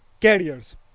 carriers